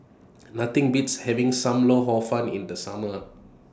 Nothing Beats having SAM Lau Hor Fun in The Summer